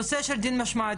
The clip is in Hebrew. הנושא של דין משמעתי,